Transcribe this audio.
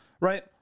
Right